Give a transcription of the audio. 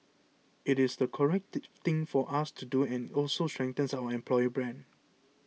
it is the correct thing for us to do and it also strengthens our employer brand